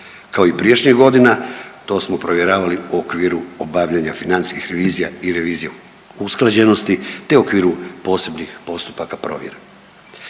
Kao i prijašnjih godina to smo provjeravali u okviru obavljanja financijskih revizija i revizija usklađenosti, te u okviru posebnih postupaka provjera.